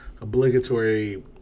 obligatory